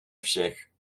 všech